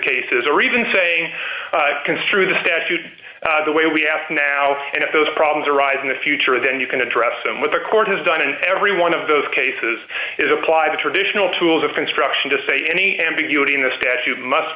cases or even saying construe the statute the way we have now and if those problems arise in the future then you can address them with the court has done and every one of those cases is apply the traditional tools of construction to say any ambiguity in the statute must